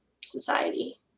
society